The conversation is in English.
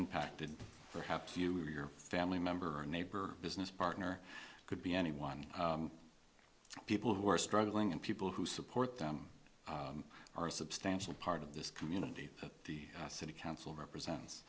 impacted perhaps you or your family member or neighbor business partner could be anyone people who are struggling and people who support them are a substantial part of this community the city council represents